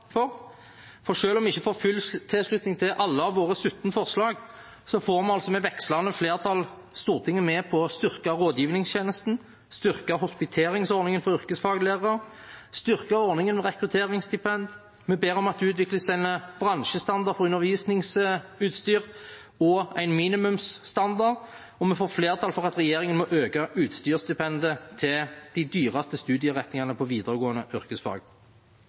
for. Selv om vi ikke får full tilslutning til alle våre 17 forslag, får vi altså med vekslende flertall Stortinget med på å styrke rådgivningstjenesten, styrke hospiteringsordningen for yrkesfaglærere og styrke ordningen med rekrutteringsstipend. Vi ber om at det utvikles en bransjestandard for undervisningsutstyr og en minimumsstandard, og vi får flertall for at regjeringen må øke utstyrsstipendet til de dyreste studieretningene på videregående yrkesfag.